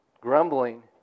Grumbling